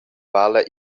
vala